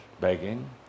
begging